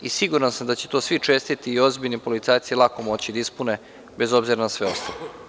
Siguran sam da će to svi čestiti i ozbiljni policajci lako moći da ispune bez obzira na sve ostalo.